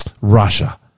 Russia